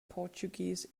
portuguese